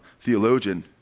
theologian